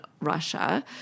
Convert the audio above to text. Russia